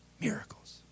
Miracles